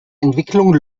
entwicklung